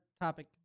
topic